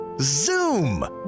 Zoom